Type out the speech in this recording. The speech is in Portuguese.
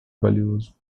valioso